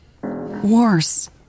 Worse